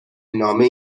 نامه